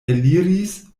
eliris